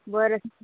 बरं